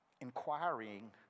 Inquiring